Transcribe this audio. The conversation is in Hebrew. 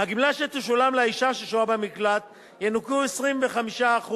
מהגמלה שתשולם לאשה ששוהה במקלט ינוכו 25%,